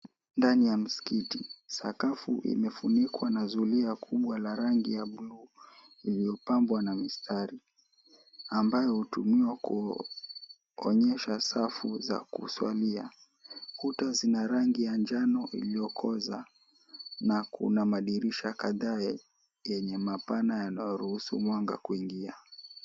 Ndani ya msikiti, sakafu imefunikwa na zulia kubwa rangi ya buluu, iliyopambwa na mistari ambayo hutumiwa kuonyesha safu za kuswalia, kuta zina rangi ya manjano iliyokoleza, na kuna madirisha kadhaaa yaliyo mapana yanayoruhusu mwanga kuingia.